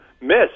miss